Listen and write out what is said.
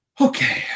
Okay